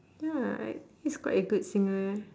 ya I he's quite a good singer